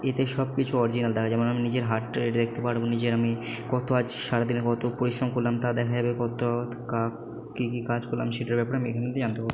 এতে সবকিছু অরিজিনাল দেখা যায় নিজের হার্ট রেট দেখতে পারব নিজের আমি কত আজ সারাদিনে কত পরিশ্রম করলাম তা দেখা যাবে কত কী কী কাজ করলাম সেটার ব্যাপারে আমি জানতে